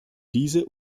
diese